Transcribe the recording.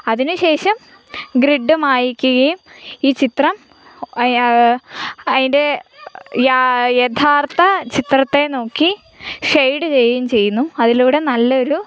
അതിനു ശേഷം ഗ്രിഡ്ഡ് മായ്ക്കുകയും ഈ ചിത്രം ഒയാ അതിൻ്റെ യ യഥാർത്ഥ ചിത്രത്തെ നോക്കി ഷെയ്ഡ് ചെയ്യുകയും ചെയ്യുന്നു അതിലൂടെ നല്ലൊരു